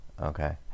Okay